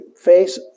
face